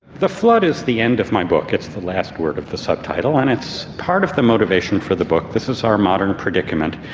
the flood is the end of my book, it's the last word of the subtitle, and it's part of the motivation for the book. this is our modern predicament.